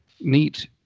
neat